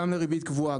גם לריבית קבועה,